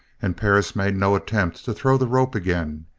and perris made no attempt to throw the rope again.